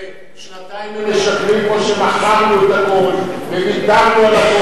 זו הטעות של הדיון הזה.